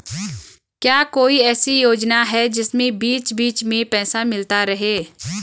क्या कोई ऐसी योजना है जिसमें बीच बीच में पैसा मिलता रहे?